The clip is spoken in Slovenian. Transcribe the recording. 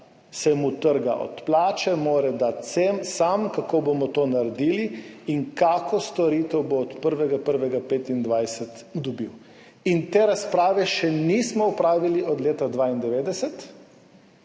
se mu trga od plače, mora dati sam, kako bomo to naredili in kakšno storitev bo od 1. 1. 2025 dobil. Te razprave še nismo opravili od leta 1992